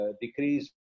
decrease